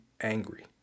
angry